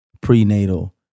prenatal